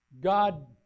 God